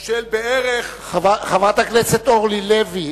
באוכלוסייה, חברת הכנסת אורלי לוי,